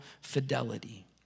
fidelity